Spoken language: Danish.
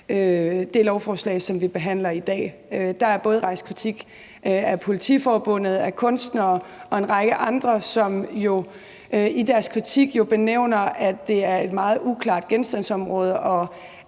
det lovforslag, som vi behandler i dag? Der er både rejst kritik af Politiforbundet, kunstnere og en række andre, som jo i deres kritik nævner, at det er et meget uklart genstandsområde, og